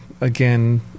again